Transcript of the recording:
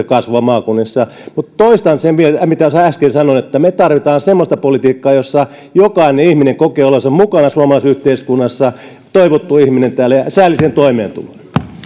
kasvua maakunnissa mutta toistan vielä sen mitä äsken sanoin me tarvitsemme semmoista politiikkaa jossa jokainen ihminen kokee olevansa mukana suomalaisessa yhteiskunnassa toivottu ihminen täällä ja saa säällisen toimeentulon